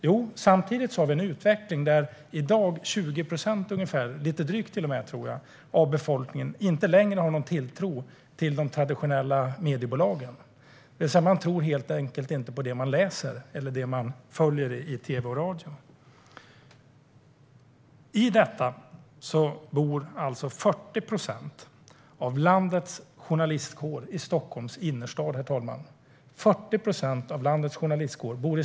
Jo, vi har en utveckling där drygt 20 procent av befolkningen i dag inte längre har någon tilltro till de traditionella mediebolagen. Man tror helt enkelt inte på det man läser eller det man följer i tv och radio. Samtidigt bor 40 procent av landets journalistkår i Stockholms innerstad, herr talman.